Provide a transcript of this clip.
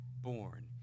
born